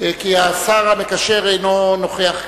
כי השר המקשר אינו נוכח כאן.